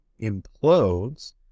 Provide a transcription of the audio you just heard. implodes